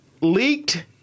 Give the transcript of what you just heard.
Leaked